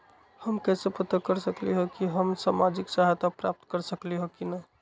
हम कैसे पता कर सकली ह की हम सामाजिक सहायता प्राप्त कर सकली ह की न?